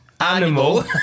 Animal